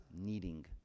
needing